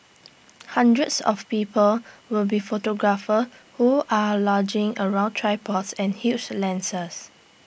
hundreds of people will be photographers who are lugging around tripods and huge lenses